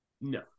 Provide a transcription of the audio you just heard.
No